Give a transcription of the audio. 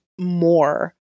more